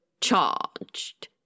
charged